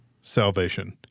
salvation